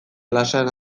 klasean